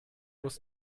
muss